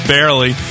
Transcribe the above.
Barely